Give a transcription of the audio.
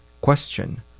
Question